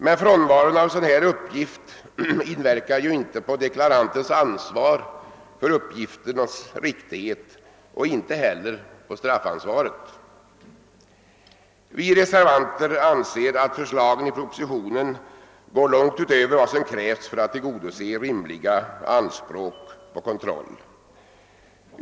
Men frånvaron av sådan uppgift inverkar ju inte på deklarantens ansvar för uppgifternas riktighet och inte heller på straffansvaret, Reservanterna anser att propositionens krav går långt utöver vad som krävs för att tillgodose rimliga anspråk på kontroll.